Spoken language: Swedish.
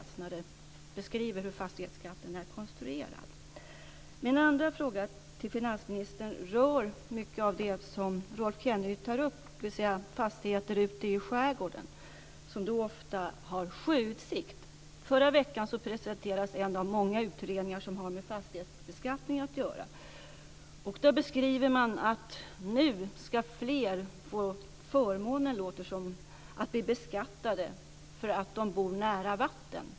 Instämmer han i beskrivningen av hur fastighetskatten är konstruerad? Min andra fråga till finansministern rör mycket av det som Rolf Kenneryd tar upp, dvs. fastigheter i skärgården som ofta har sjöutsikt. Förra veckan presenterades en av många utredningar som har med fastighetsbeskattningen att göra. Nu ska fler få förmånen - låter det som - att bli beskattade för att de bor nära vatten.